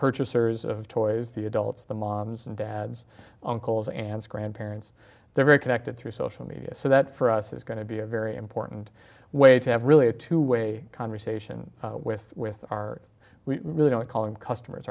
purchasers of toys the adults the moms and dads uncles aunts grandparents they're very connected through social media so that for us is going to be a very important way to have really a two way conversation with with our we really don't call them customers